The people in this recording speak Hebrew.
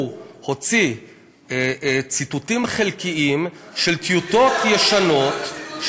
הוא הוציא ציטוטים חלקיים של טיוטות ישנות,